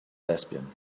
lesbian